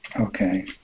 Okay